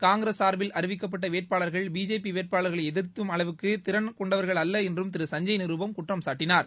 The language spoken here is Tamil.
காங்கிரஸ் சார்பில் அறிவிக்கப்பட்ட வேட்பாளர்கள் பிஜேபி வேட்பாளர்களை எதிர்க்கும் அளவுக்கு திறன் கொண்டவர்கள் அல்ல என்றும் திரு சஞ்ஜய் நிருப்பம் குற்றம்சாட்டினார்